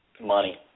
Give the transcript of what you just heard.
Money